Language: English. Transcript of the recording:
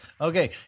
Okay